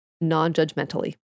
non-judgmentally